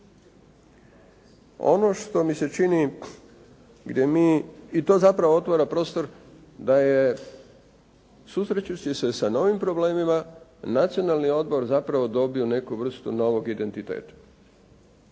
Ono što mi se čini gdje mi i to zapravo otvara prostor da je susrećući se sa novim problemima Nacionalni odbor zapravo dobio neku vrstu novog identiteta,